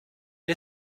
est